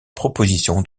proposition